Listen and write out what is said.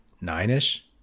nine-ish